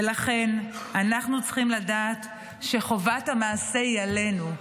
ולכן אנחנו צריכים לדעת שחובת המעשה היא עלינו.